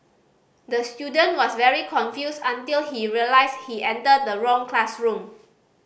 the student was very confused until he realised he entered the wrong classroom